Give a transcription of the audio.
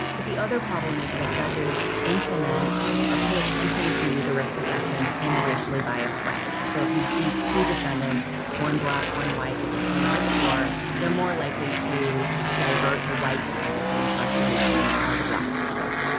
but the other problem is that judges implement or pay attention to the risk assessments in a racially biased way. so if you see two defendants, one black, one white with the same risk, or they're more likely to divert the white defendant from incarceration than they are the black defendant.